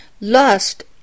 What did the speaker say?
lust